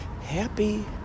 happy